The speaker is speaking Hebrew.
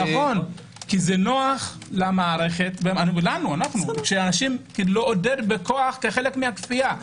כי זה נוח למערכת, לנו, לעודד בכוח כחלק מהכפייה.